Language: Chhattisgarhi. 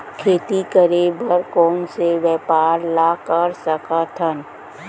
खेती करे बर कोन से व्यापार ला कर सकथन?